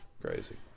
Crazy